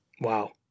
Wow